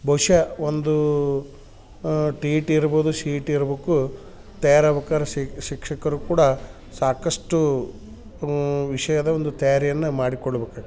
ಬಹುಶಃ ಒಂದು T E T ಇರ್ಬೋದು ಸಿ ಇ ಟಿ ಇರ್ಬಕು ತಯಾರಾಗ್ಬೇಕಾರ್ ಶಿಕ್ಷಕರು ಕೂಡ ಸಾಕಷ್ಟು ವಿಷಯದ ಒಂದು ತಯಾರಿಯನ್ನ ಮಾಡಿಕೊಳ್ಬೇಕಾಗ್ತದೆ